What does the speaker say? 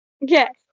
Yes